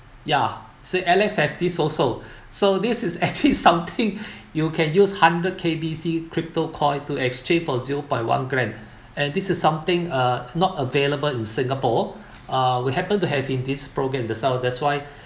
ya so alex have this also so this is actually something you can use hundred K_B_C crypto coin to exchange for zero point one gram and this is something uh not available in singapore uh we happen to have in this program that's sound that's why